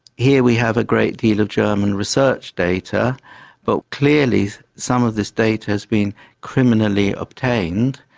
here we have a great deal of german research data but clearly some of this data has been criminally obtained,